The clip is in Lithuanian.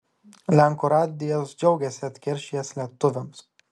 lenkų radijas džiaugiasi atkeršijęs lietuviams